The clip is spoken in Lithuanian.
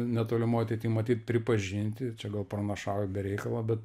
netolimoj ateity matyt pripažinti čia gal pranašauju be reikalo bet